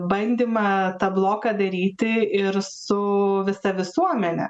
bandymą tą bloką daryti ir su visa visuomene